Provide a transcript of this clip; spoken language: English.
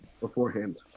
beforehand